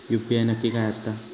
UPI नक्की काय आसता?